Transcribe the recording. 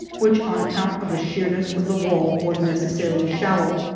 which on account of the sheerness of the wall was necessarily shallow.